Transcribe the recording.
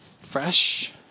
fresh